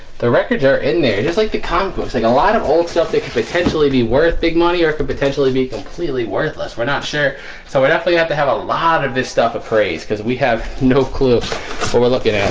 the records are in there just like the comic books like a lot of old stuff that could potentially be worth big money or could potentially be completely worthless we're not sure so we're definitely have to have a lot of this stuff appraised because we have no clue what we're looking at